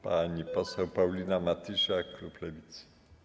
Pani poseł Paulina Matysiak, klub Lewicy.